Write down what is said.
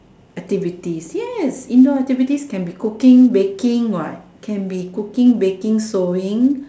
activities yes indoor activities can be cooking baking what can be cooking baking sewing